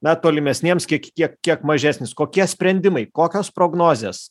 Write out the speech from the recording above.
na tolimesniems kiek kiek kiek mažesnis kokie sprendimai kokios prognozės